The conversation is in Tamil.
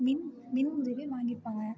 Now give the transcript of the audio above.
மின் மின் வாங்கிப்பாங்க